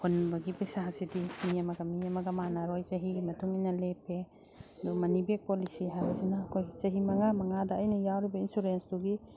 ꯍꯨꯟꯕꯒꯤ ꯄꯩꯁꯥꯁꯤꯗꯤ ꯃꯤ ꯑꯃꯒ ꯃꯤ ꯑꯃꯒ ꯃꯥꯟꯅꯔꯣꯏ ꯆꯍꯤꯒꯤ ꯃꯇꯨꯡ ꯏꯟꯅ ꯂꯦꯞꯄꯦ ꯑꯗꯨ ꯃꯅꯤ ꯕꯦꯒ ꯄꯣꯂꯤꯁꯤ ꯍꯥꯏꯕꯁꯤꯅ ꯑꯩꯈꯣꯏ ꯃꯆꯤ ꯃꯉꯥ ꯃꯉꯥꯗ ꯏꯟꯅ ꯌꯥꯎꯔꯤꯕ ꯏꯟꯁꯨꯔꯦꯟꯁꯇꯨꯒꯤ